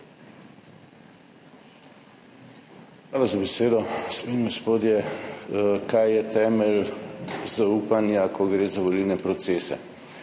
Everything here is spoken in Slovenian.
Hvala za besedo. Gospe in gospodje! Kaj je temelj zaupanja, ko gre za volilne procese?